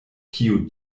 kiu